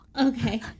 Okay